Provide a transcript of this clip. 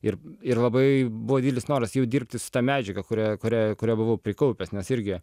ir ir labai buvo didelis noras jau dirbti su ta medžiaga kurią kurią kurią buvau prikaupęs nes irgi